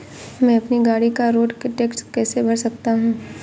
मैं अपनी गाड़ी का रोड टैक्स कैसे भर सकता हूँ?